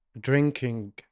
drinking